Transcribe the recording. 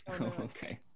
Okay